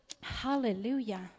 Hallelujah